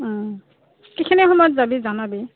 কিখিনি সময়ত যাবি জনাবি